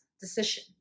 decision